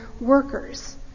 workers